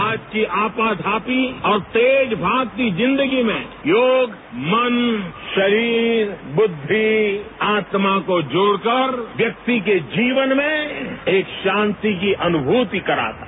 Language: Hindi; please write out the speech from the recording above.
आज की आपाधापी और तेज़ भागती जिन्दगी में योग मन शरीर बुद्धि आत्मा को जोड़कर व्यक्ति के जीवन में एक शांति की अनुभूति कराता है